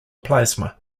plasma